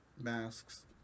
masks